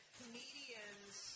comedians